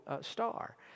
star